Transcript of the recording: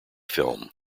film